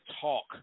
talk